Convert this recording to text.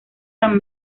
san